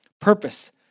Purpose